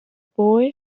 boy